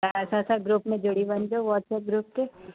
तव्हां असां सां ग्रुप में जुड़ी वञिजो वाट्सअप ग्रुप ते